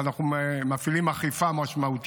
אבל אנחנו מפעילים אכיפה משמעותית,